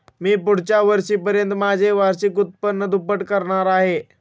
मी पुढच्या वर्षापर्यंत माझे वार्षिक उत्पन्न दुप्पट करणार आहे